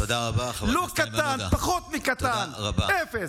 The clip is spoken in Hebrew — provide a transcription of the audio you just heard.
תודה רבה, חבר הכנסת איימן עודה, תודה רבה.